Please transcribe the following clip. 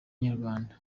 inyarwanda